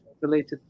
related